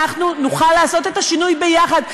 אנחנו נוכל לעשות את השינוי יחד,